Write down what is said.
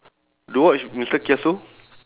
do you watch mister kiasu